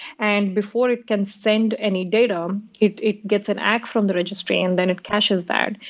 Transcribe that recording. and before it can send any data, it it gets an act from the registry and then it cashes that.